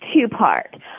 two-part